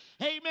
amen